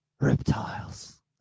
Reptiles